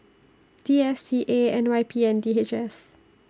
D S T A N Y P and D H S